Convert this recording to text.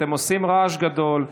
אתם עושים רעש גדול.